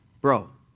Bro